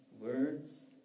words